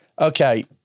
Okay